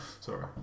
Sorry